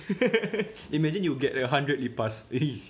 imagine you get you a hundred lipas !ee!